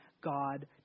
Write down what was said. God